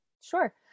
Sure